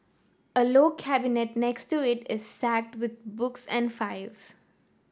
a low cabinet next to it is stacked with books and files